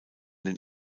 den